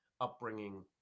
upbringing